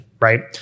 Right